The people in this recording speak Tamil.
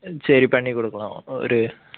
சரி பண்ணிக் கொடுக்கலாம் ஒரு